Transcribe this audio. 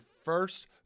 first